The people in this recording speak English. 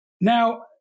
Now